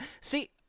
See